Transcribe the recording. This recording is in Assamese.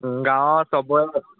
গাঁৱৰ চবৰে